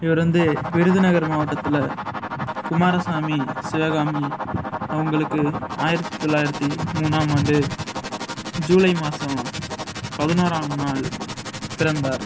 இவர் வந்து விருதுநகர் மாவட்டத்தில் குமாரசாமி சிவகாமி அவங்களுக்கு ஆயிரத்து தொள்ளாயிரத்து மூணாம் ஆண்டு ஜூலை மாதம் பதினோறாம் நாள் பிறந்தார்